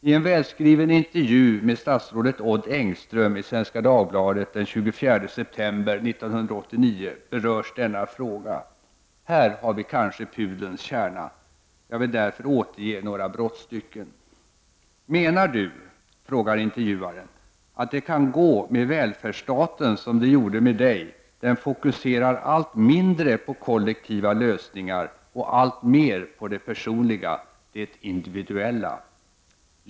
I en välskriven intervju med statsrådet Odd Engström i Svenska Dagbladet den 24 september 1989 berörs denna fråga. Här har vi kanske pudelns kärna. Jag vill därför återge några brottstycken. Menar du — frågar intervjuaren — att det kan gå med välfärdsstaten som det gjorde med dig, den fokuserar allt mindre på kollektiva lösningar och alltmer på det personliga, det individuella?